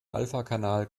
alphakanal